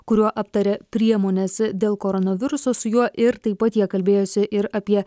kuriuo aptarė priemones dėl koronaviruso su juo ir taip pat jie kalbėjosi ir apie